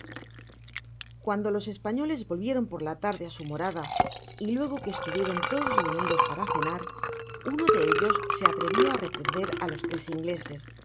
cuando los españoles volvieron por la tarde á su morada y luego que estuvieron todos reunidos para cenar uno de ellos se atrevio á reprender á los tres ingleses